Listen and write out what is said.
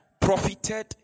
profited